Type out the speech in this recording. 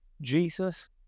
Jesus